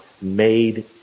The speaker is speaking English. made